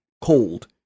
cold